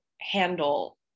handle